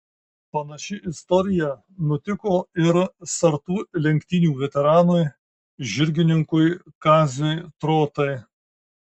panaši istorija nutiko ir sartų lenktynių veteranui žirgininkui kaziui trotai